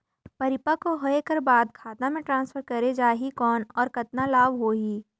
परिपक्व होय कर बाद खाता मे ट्रांसफर करे जा ही कौन और कतना लाभ होही?